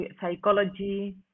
psychology